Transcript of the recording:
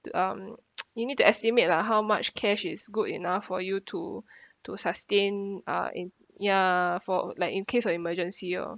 the um you need to estimate lah how much cash is good enough for you to to sustain uh in ya for like in case of emergency oh